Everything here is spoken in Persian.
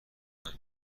بکنم